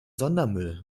sondermüll